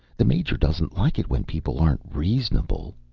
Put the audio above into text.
the major doesn't like it when people aren't reasonable.